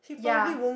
yeah